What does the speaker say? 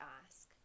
ask